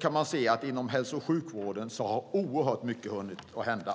kan man se att oerhört mycket har hunnit hända inom hälso och sjukvården.